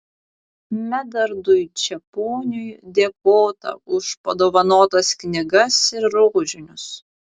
medardui čeponiui dėkota už padovanotas knygas ir rožinius